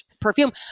perfume